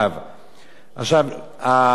הפפריקה האדומה,